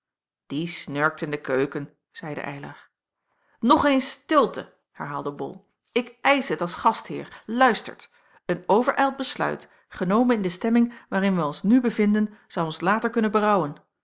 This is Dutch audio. die snurkt in de keuken zeide eylar nog eens stilte herhaalde bol ik eisch het als gastheer luistert een overijld besluit genomen in de stemming waarin wij ons nu bevinden zou ons later kunnen berouwen